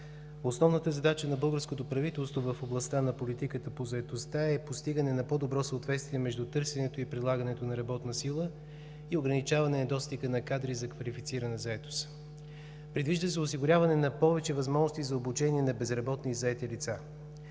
Основната задача на българското правителство в областта на политиката по заетостта е постигане на по-добро съответствие между търсенето и предлагането на работна сила и ограничаване недостига на кадри за квалифицирана заетост. Предвижда се осигуряване на повече възможности за обучение на безработни и заети лица.